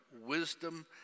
wisdom